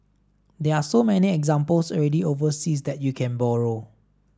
there are so many examples already overseas that you can borrow